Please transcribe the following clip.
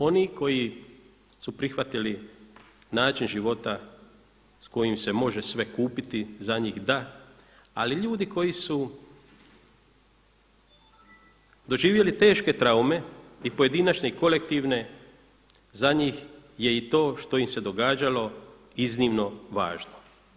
Oni koji su prihvatili način života s kojim se može sve kupiti za njih da, ali ljudi koji su doživjeli teške traume i pojedinačne i kolektivne, za njih je i to što im se događalo iznimno važno.